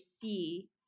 see